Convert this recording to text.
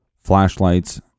flashlights